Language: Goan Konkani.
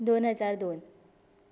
दोन हजार दोन